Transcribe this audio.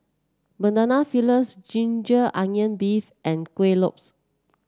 Banana Fritters Ginger Onions beef and Kuih Lopes